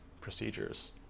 procedures